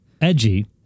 edgy